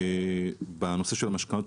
בנושא של המשכנתאות.